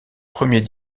premier